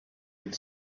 had